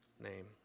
name